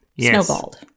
snowballed